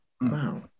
Wow